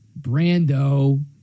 brando